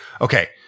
Okay